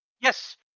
Yes